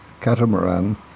catamaran